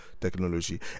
technology